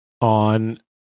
on